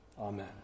Amen